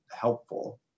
helpful